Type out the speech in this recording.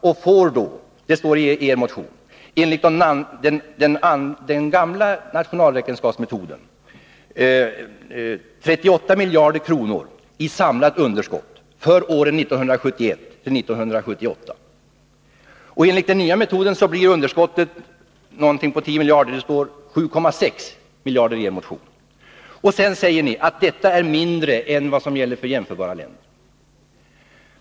Man får då — det står i er motion — enligt den gamla nationalräkenskapsmetoden 38 miljarder i samlat underskott för åren 1971-1978. Enligt den nya metoden blir underskottet någonting på 10 miljarder — det står 7,6 miljarder i er motion. Sedan säger ni att detta är mindre än vad som gäller för jämförbara länder.